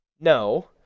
no